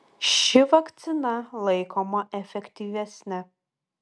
ši vakcina laikoma efektyvesne